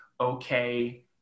okay